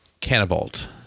Cannibalt